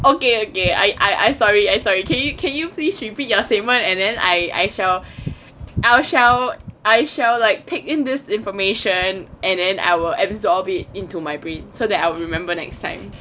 okay okay I I sorry I'm sorry can you can you please repeat your statement and then I I shall I shall I shall like take in this information and then I'll absorb it into my brain so that I will remember next time